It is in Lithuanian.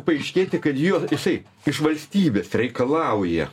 paaiškėti kad jo jisai iš valstybės reikalauja